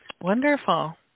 Wonderful